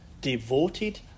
devoted